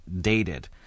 dated